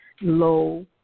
low